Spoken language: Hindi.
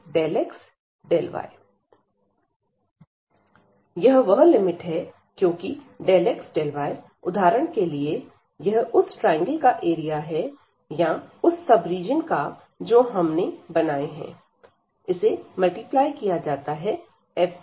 n→∞j1nfxjyjΔxy यह वह लिमिट है क्योंकि xy उदाहरण के लिए यह उस ट्रायंगल का एरिया है या उस सब रीजन का जो हम ने बनाए हैं इसे मल्टीप्लाई किया जाता है f से